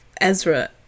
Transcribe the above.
Ezra